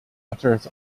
uttereth